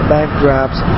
backdrops